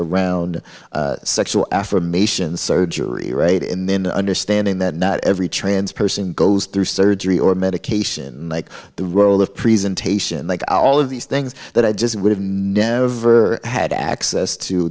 around sexual affirmation surgery rate and then understanding that not every trans person goes through surgery or medication like the role of presentation like all of these things that i just had access to